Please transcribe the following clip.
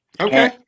Okay